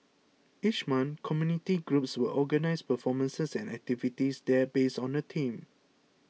each month community groups will organise performances and activities there based on a theme